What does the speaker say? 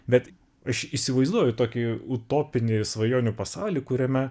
bet aš įsivaizduoju tokį utopinį svajonių pasaulį kuriame